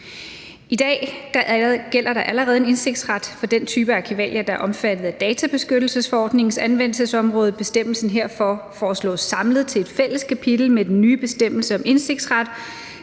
I dag gælder der allerede en indsigtsret for den type arkivalier, der er omfattet af databeskyttelsesforordningens anvendelsesområde. Bestemmelsen herfor foreslås samlet til et fælles kapitel med den nye bestemmelse om indsigtsret.